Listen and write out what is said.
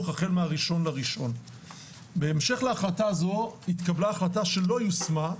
החל מה- 1.1.2022. בהמשך להחלטה זו התקבלה שלא יושמה,